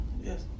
Yes